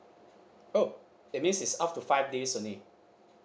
oh that means is up to five days only